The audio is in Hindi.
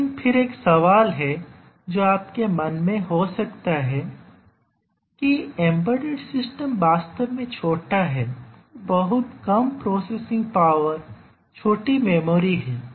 लेकिन फिर एक सवाल है जो आपके मन में हो सकता है कि एम्बेडेड सिस्टम वास्तव में छोटा है और बहुत कम प्रोसेसिंग पावर छोटी मेमोरी है